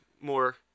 more